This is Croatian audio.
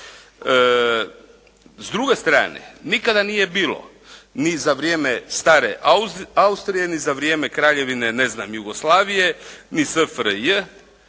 S druge strane, nikada nije bilo ni za vrijeme stare Austrije ni za vrijeme Kraljevine Jugoslavije ni SFRJ